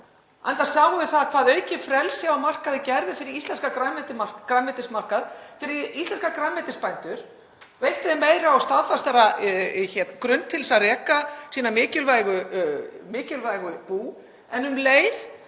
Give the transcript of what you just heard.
enda sáum við hvað aukið frelsi á markaði gerði fyrir íslenskan grænmetismarkað, fyrir íslenska grænmetisbændur, veitti þeim meiri og staðfastari grunn til að reka sín mikilvægu bú en um leið